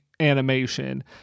animation